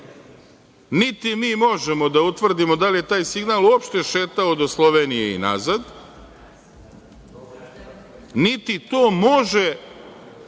mi možemo da utvrdimo da li je taj signal uopšte šetao do Slovenije i nazad, niti to može